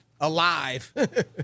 alive